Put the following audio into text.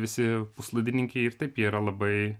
visi puslaidininkiai ir taip jie yra labai